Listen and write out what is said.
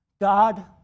God